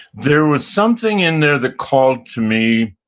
there was something in there that called to me